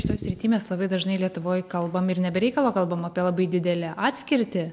šitoj srity mes labai dažnai lietuvoj kalbam ir ne be reikalo kalbam apie labai didelę atskirtį